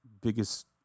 biggest